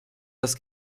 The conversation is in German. das